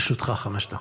לרשותך חמש דקות,